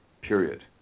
period